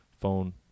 phone